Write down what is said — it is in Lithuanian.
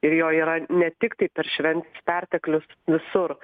ir jo yra ne tiktai per šven perteklius visur